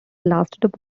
lasted